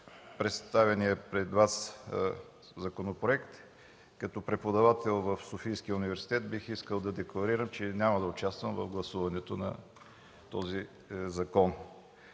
представения пред Вас законопроект, като преподавател в Софийския университет бих искал да декларирам, че няма да участвам в гласуването на този закон.